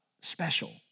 special